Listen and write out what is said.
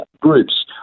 groups